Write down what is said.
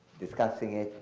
discussing it,